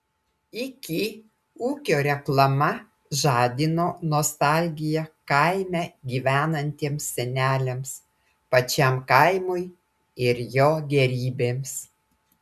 iki ūkio reklama žadino nostalgiją kaime gyvenantiems seneliams pačiam kaimui ir jo gėrybėms